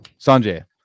Sanjay